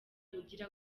ugira